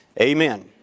Amen